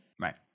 Right